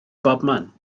bobman